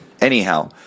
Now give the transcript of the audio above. Anyhow